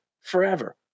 forever